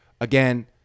again